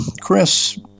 Chris